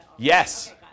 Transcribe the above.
Yes